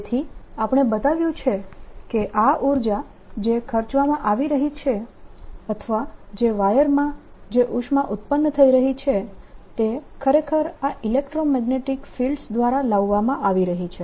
તેથી આપણે બતાવ્યું છે કે આ ઉર્જા જે ખર્ચવામાં આવી રહી છે અથવા જે વાયરમાં જે ઉષ્મા ઉત્પન્ન થઈ રહી છે તે ખરેખર આ ઇલેક્ટ્રોમેગ્નેટીક ફિલ્ડ્સ દ્વારા લાવવામાં આવી છે